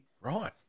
Right